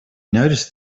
noticed